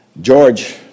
George